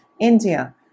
India